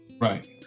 right